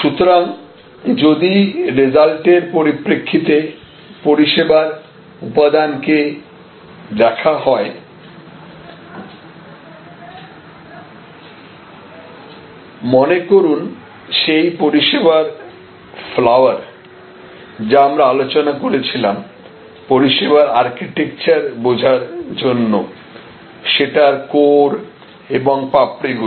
সুতরাংযদি রেজাল্টের পরিপ্রেক্ষিতেপরিষেবার উপাদানকে দেখা হয় মনে করুন সেই পরিষেবার ফ্লাওয়ার যা আমরা আলোচনা করেছিলাম পরিষেবার আর্কিটেকচার বোঝার জন্য সেটার কোর এবং পাপড়িগুলো